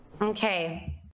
okay